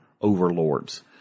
overlords